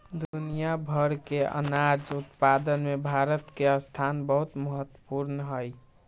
दुनिया भर के अनाज उत्पादन में भारत के स्थान बहुत महत्वपूर्ण हई